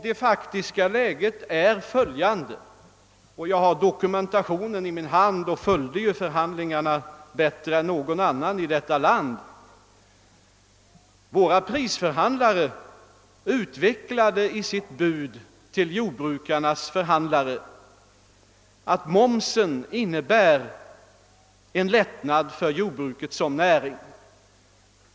Den faktiska läget är följande — jag har dokumentationen i min hand och följde för övrigt förhandlingarna bättre än någon annan i detta land: Våra prisförhandlare utvecklade i sitt bud till jordbrukarnas förhandlare det förhållandet att momsen innebar en lättnad för jordbruksnäringen.